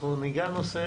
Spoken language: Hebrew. אנחנו נגע בנושא